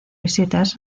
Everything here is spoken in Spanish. visitas